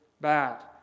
bad